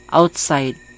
outside